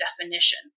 definition